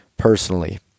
personally